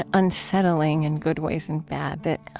ah unsettling in good ways and bad, that